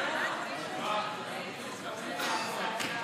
כל מה שרצינו זה לקיים דיון ענייני על מהות מאוד מאוד ברורה שהייתה: